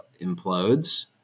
implodes